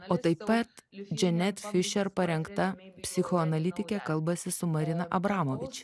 o taip pat dženet fišer parengta psichoanalitikė kalbasi su marina abramovič